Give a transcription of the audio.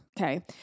Okay